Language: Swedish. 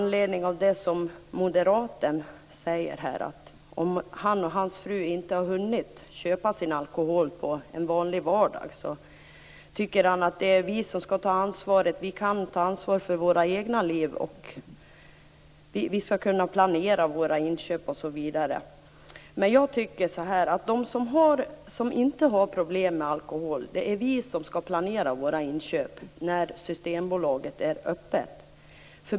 Moderaten säger att om han och hans fru inte har hunnit köpa sin alkohol på en vardag skall vi ta ansvaret. Vi kan ta ansvar för våra egna liv, och vi skall kunna planera våra inköp osv. Men de som inte har problem med alkohol skall planera sina inköp till när Systembolaget är öppet.